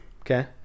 okay